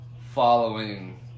following